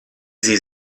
sie